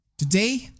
Today